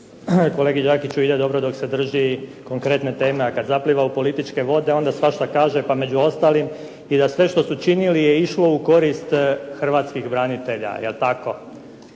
Kolegi Đakiću ide dobro dok se drži konkretne teme, a kad zapliva u političke vode onda svašta kaže pa među ostalim i da sve što su učinili je išlo u korist hrvatskih branitelja, je li tako?